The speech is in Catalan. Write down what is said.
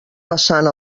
passant